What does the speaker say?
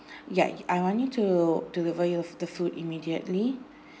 yeah I want you to deliver your the food immediately